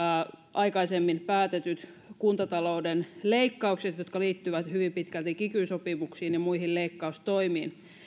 aikaisemmin päätetyt kuntatalouden leikkaukset jotka liittyvät hyvin pitkälti kiky sopimukseen ja muihin leikkaustoimiin